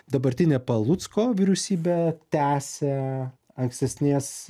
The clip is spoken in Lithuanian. dabartinė palucko vyriausybė tęsia ankstesnės